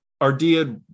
ardea